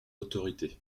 autorité